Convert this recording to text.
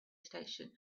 station